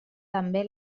també